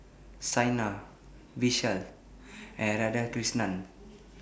Saina Vishal and Radhakrishnan